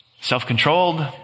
self-controlled